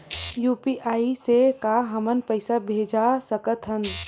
UPI से का हमर पईसा भेजा सकत हे?